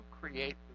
create